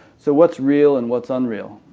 so what's real and what's unreal?